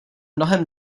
mnohem